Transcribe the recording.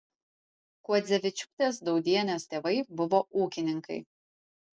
kuodzevičiūtės daudienės tėvai buvo ūkininkai